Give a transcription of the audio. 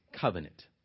covenant